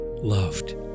loved